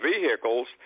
vehicles